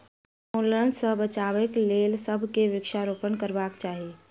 वनोन्मूलनक सॅ बचाबक लेल सभ के वृक्षारोपण करबाक चाही